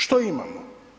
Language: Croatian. Što imamo?